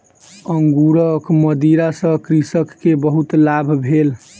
अंगूरक मदिरा सॅ कृषक के बहुत लाभ भेल